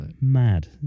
mad